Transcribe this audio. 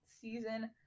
season